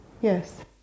yes